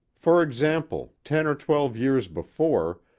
for example, ten or twelve years before,